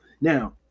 Now